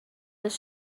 his